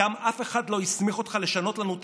וגם אף אחד לא הסמיך אותך לשנות לנו את